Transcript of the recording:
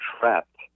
trapped